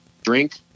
drink